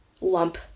lump